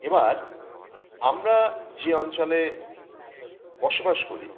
এ বার আমরা যে অঞ্চলে বসবাস করি